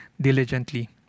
diligently